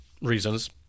reasons